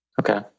Okay